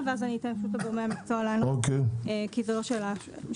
ואני אתן לגורמי המקצוע לענות כי זאת לא שאלה משפטית.